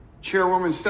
Chairwoman